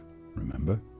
remember